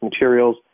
materials